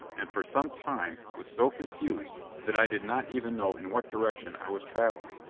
and for some time was so confused that i did not even know in what direction i was travelling.